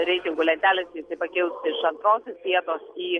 reitingų lentelės į pakils iš antrosios vietos į